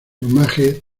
plumaje